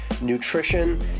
nutrition